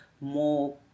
more